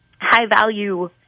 high-value